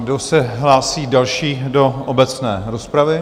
Kdo se hlásí další do obecné rozpravy?